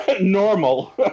Normal